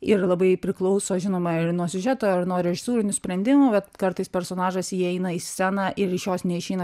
ir labai priklauso žinoma ir nuo siužeto ir nuo režisūrinių sprendimų vat kartais personažas įeina į sceną ir iš jos neišeina